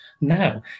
now